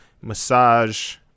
massage